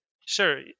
Sure